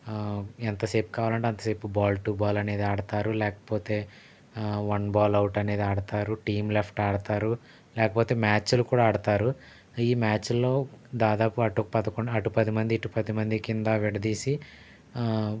ఎంతసేపు కావాలంటే అంతసేపు బాల్ టు బాల్ అనేది ఆడుతారు లేకపోతే వన్ బాల్ అవుటనేది ఆడతారు టీమ్ లెఫ్ట్ ఆడుతారు లేకపోతే మ్యాచ్లు కూడా ఆడుతారు ఈ మ్యాచ్చుల్లో దాదాపు అటొక పద అటు పదిమంది ఇటు పదిమంది కింద విడదీసి